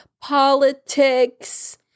politics